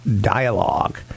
dialogue